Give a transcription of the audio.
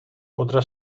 otra